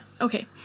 Okay